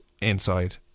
inside